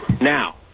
Now